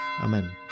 Amen